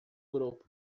grupo